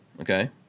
Okay